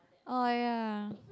oh ya